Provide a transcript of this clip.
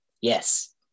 Yes